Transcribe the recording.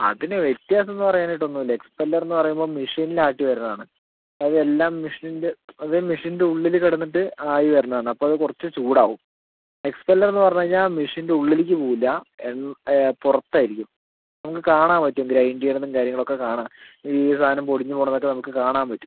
അതിന് വ്യത്യാസം എന്നു പറയാൻ ആയിട്ട് ഒന്നുമില്ല എക്സ്പ്പെലർ എന്നു പറയുമ്പോൾ മെഷീനിൽ ആട്ടി വരുന്നതാണ് അത് എല്ലാം മെഷീൻ്റെ അത് മെഷീൻ്റെ ഉള്ളിൽ കിടന്നിട്ട് ആയി വരുന്നതാണ് അപ്പോൾ അതു കുറച്ച് ചൂടാവും എക്സ്പ്പെലർ എന്ന് പറഞ്ഞു കഴിഞ്ഞാൽ മെഷീൻ്റെ ഉള്ളിലേക്ക് പോവില്ല പുറത്ത് ആയിരിക്കും നമുക്ക് കാണാൻ പറ്റും ഗ്രൈൻഡ് ചെയ്യണതും കാര്യങ്ങളൊക്കെ കാണാം ഈ സാധനം പൊടിഞ്ഞു പോകണതൊക്കെ നമുക്ക് കാണാൻ പറ്റും